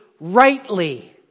rightly